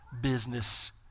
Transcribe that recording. business